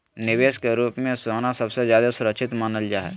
निवेश के रूप मे सोना सबसे ज्यादा सुरक्षित मानल जा हय